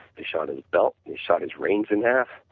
they shot his belt, they shot his rings and